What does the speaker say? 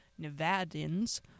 Nevadans